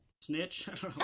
Snitch